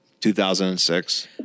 2006